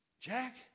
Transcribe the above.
Jack